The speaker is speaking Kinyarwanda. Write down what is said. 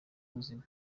ubuzima